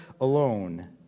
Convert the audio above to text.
alone